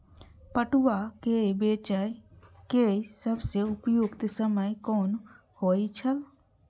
पटुआ केय बेचय केय सबसं उपयुक्त समय कोन होय छल?